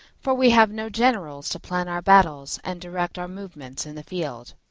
for we have no generals to plan our battles and direct our movements in the field.